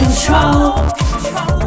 control